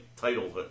title